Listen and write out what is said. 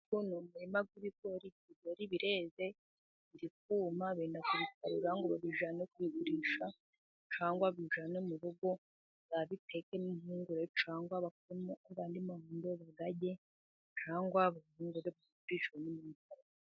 Uyu ni umurima w'ibigori, ibigori bireze, biri kuma benda kubisarura ngo babijyane kubigurisha, cyangwa babijyane mu rugo bazabitekemo impungure, cyangwa bakuremo ayandi mahundo bayarye cyangwa babeteshe impungure.